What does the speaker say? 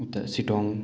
उता सिटोङ